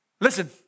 Listen